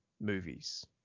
movies